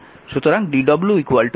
সুতরাং dw pdt হবে